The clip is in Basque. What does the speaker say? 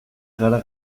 gara